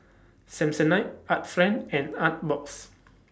Samsonite Art Friend and Artbox